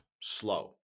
slow